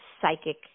psychic